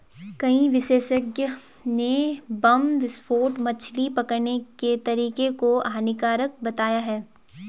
कई विशेषज्ञ ने बम विस्फोटक मछली पकड़ने के तरीके को हानिकारक बताया है